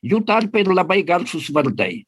jų tarpe ir labai garsūs vardai